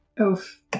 Oof